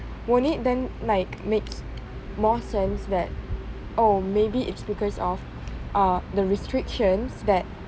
won't it then like makes more sense that oh maybe it's because of uh the restrictions that